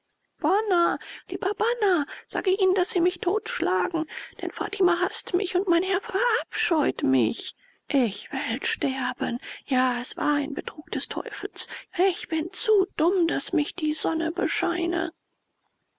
bana lieber bana sage ihnen daß sie mich totschlagen denn fatima haßt mich und mein herr verabscheut mich ich will sterben ja es war ein betrug des teufels ich bin zu dumm daß mich die sonne bescheine